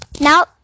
now